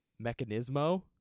mechanismo